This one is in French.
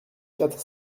quatre